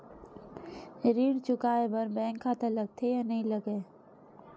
ऋण चुकाए बार बैंक खाता लगथे या नहीं लगाए?